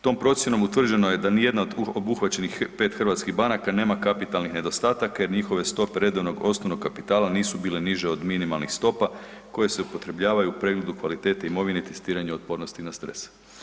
Tom procjenom utvrđeno je da nijedna od obuhvaćenih 5 hrvatskih banaka nema kapitalnih nedostataka jer njihove stope redovnog osnovnog kapitala nisu bile niže od minimalnih stopa koje se upotrebljavaju u pregledu kvalitete imovine i testiranja otpornosti na stres.